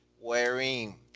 wearing